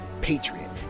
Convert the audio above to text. patriot